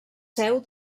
seu